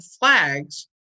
flags